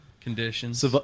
conditions